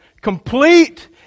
complete